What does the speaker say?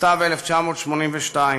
בסתיו 1982,